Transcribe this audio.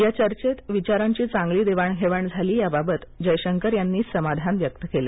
या चर्चेत विचारांची चांगली देवाणघेवाण झाली याबाबत जयशंकर यांनी समाधान व्यक्त केले